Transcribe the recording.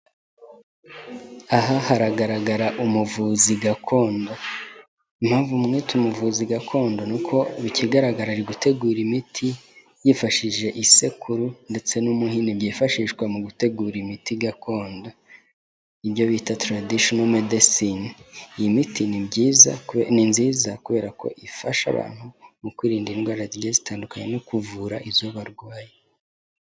Aha haragaragara umuvuzi gakondo, impamvu umwete umuvuzi gakondo ni uko ikigaragara ari gutegura imiti yifashishije isekuru ndetse n'umuhini byifashishwa mu gutegura imiti gakondo, ibyo bita taradishono medesine, iyi miti ni byiza ni nziza kubera ko ifasha abantu mu kwirinda indwara zigiye zitandukanye no kuvura izo barwaye.